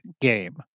game